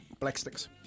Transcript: Blacksticks